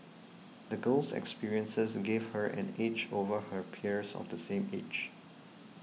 the girl's experiences gave her an edge over her peers of the same age